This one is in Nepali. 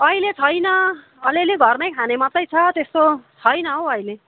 अहिले छैन अलिअलि घरमै खाने मात्रै छ त्यस्तो छैन हौ अहिले